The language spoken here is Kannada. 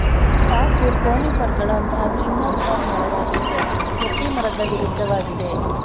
ಸಾಫ್ಟ್ವುಡ್ ಕೋನಿಫರ್ಗಳಂತಹ ಜಿಮ್ನೋಸ್ಪರ್ಮ್ ಮರವಾಗಿದ್ದು ಗಟ್ಟಿಮರದ ವಿರುದ್ಧವಾಗಿದೆ